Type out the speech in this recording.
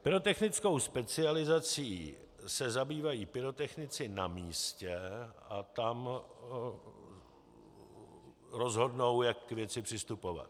Pyrotechnickou specializací se zabývají pyrotechnici na místě a tam rozhodnou, jak k věci přistupovat.